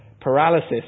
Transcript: paralysis